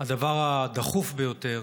הדבר הדחוף ביותר